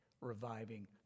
reviving